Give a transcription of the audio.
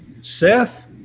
Seth